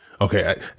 Okay